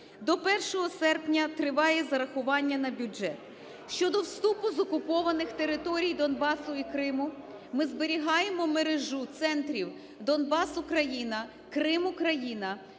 До 1 серпня триває зарахування на бюджет. Щодо вступу з окупованих територій Донбасу і Криму, ми зберігаємо мережу центрів "Донбас-Україна", "Крим-Україна",